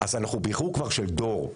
אנחנו כבר באיחור של דור.